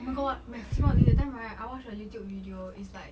oh my god my 期报 during that time right I watched a youtube video it's like